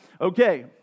okay